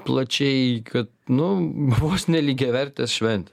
plačiai kad nu vos nelygiavertę šventę